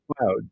cloud